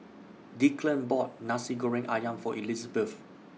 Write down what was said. Declan bought Nasi Goreng Ayam For Elizebeth